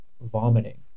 vomiting